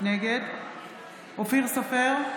נגד אופיר סופר,